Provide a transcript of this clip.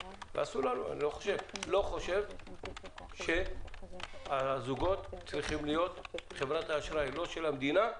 אני לא חושב שהזוגות צריכים להיות חברת האשראי של האולמות או של המדינה.